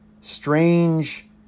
strange